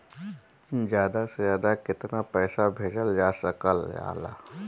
ज्यादा से ज्यादा केताना पैसा भेजल जा सकल जाला?